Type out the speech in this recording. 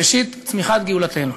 ראשית צמיחת גאולתנו.